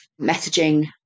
messaging